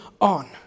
on